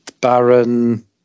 baron